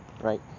right